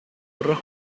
otros